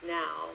now